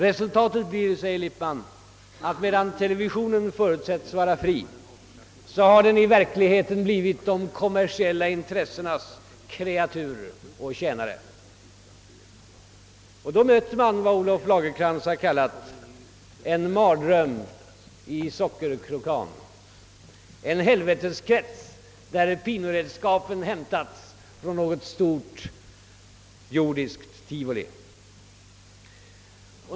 Resultatet blir, säger Lippmann, att medan televisionen förutsättes vara fri har den i verkligheten blivit de kommersiella intressenas kreaturer och tjänare. Och då möter man vad Olof Lagercrantz har kallat »en mardröm i sockerkrokan, en helveteskrets där pinoredskapen hämtats från något stort jordiskt tivoli».